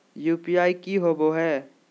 UPI की होबो है?